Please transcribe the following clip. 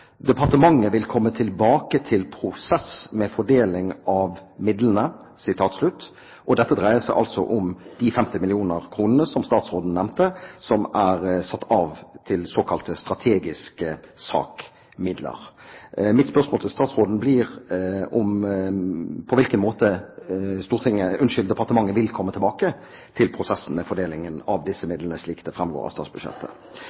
departementet vil komme tilbake til prosess med fordeling av midlene. Dette dreier seg altså om de 50 mill. kr som statsråden nevnte, som er satt av til såkalte strategiske SAK-midler. Mitt spørsmål til statsråden blir på hvilken måte departementet vil komme tilbake til prosessen med fordelingen av disse